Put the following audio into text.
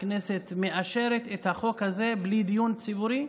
והכנסת מאשרת את החוק הזה בלי דיון ציבורי,